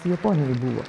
japonijoj buvo